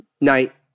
night